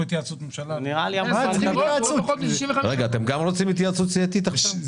רגע אתם גם רוצים התייעצות סיעתית עכשיו?